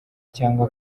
cyangwa